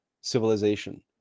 civilization